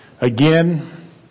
Again